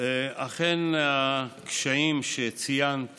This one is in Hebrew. אכן, הקשיים שציינת